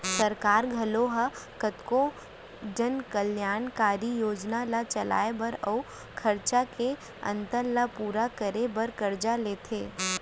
सरकार घलोक ह कतको जन कल्यानकारी योजना ल चलाए बर अउ खरचा के अंतर ल पूरा करे बर करजा लेथे